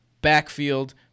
Backfield